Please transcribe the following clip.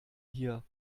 hier